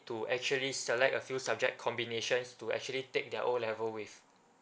to actually select a few subject combinations to actually take their O level with